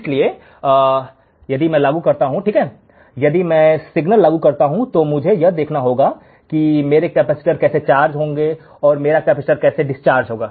इसलिए यदि मैं लागू करता हूं ठीक है यदि मैं सिग्नल लागू करता हूं तो मुझे यह देखना होगा कि मेरा कैपेसिटर कैसे चार्ज होगा और मेरा कैपेसिटर कैसे डिस्चार्ज होगा